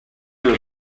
are